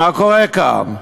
מה קורה כאן?